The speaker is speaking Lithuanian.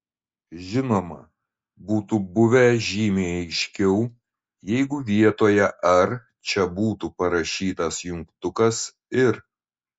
žinoma būtų buvę žymiai aiškiau jeigu vietoje ar čia būtų parašytas jungtukas ir